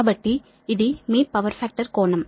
కాబట్టి ఇది మీ పవర్ ఫాక్టర్ కోణం